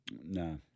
No